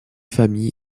familles